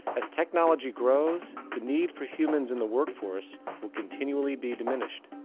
as technology grows the need for humans in the work force will continually be diminished.